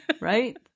right